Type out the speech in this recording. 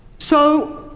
so,